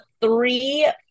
three